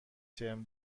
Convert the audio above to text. ترم